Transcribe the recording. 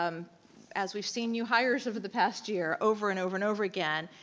um as we've seen new hires over the past year, over and over and over again,